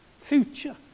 future